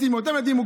אותם ילדים אוטיסטים,